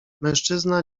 mężczyzna